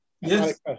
Yes